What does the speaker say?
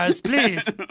please